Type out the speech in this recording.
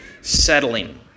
settling